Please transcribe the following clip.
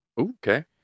Okay